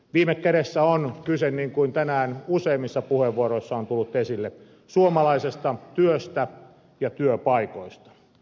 viime kädessä on kyse niin kuin tänään useimmissa puheenvuoroissa on tullut esille suomalaisesta työstä ja työpaikoista